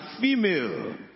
female